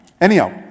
Anyhow